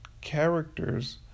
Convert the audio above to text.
characters